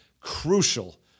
crucial